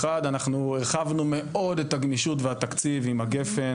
אנחנו הרחבנו מאוד את הגמישות והתקציב עם הגפ"ן,